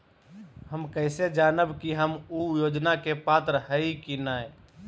हम कैसे जानब की हम ऊ योजना के पात्र हई की न?